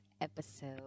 episode